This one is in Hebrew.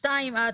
שתיים,